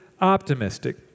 optimistic